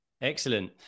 Excellent